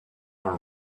and